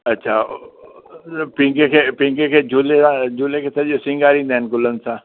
अच्छा पींघे खे पींघे खे झूले आहे झूले खे सॼो सींगारींदा आहिनि गुलनि सां